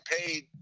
paid